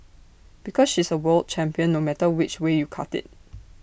because she's A world champion no matter which way you cut IT